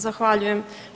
Zahvaljujem.